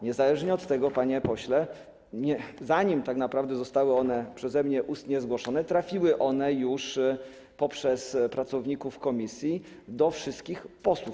Niezależnie od tego, panie pośle, zanim tak naprawdę te poprawki zostały przeze mnie ustnie zgłoszone, trafiły one już poprzez pracowników komisji do wszystkich posłów.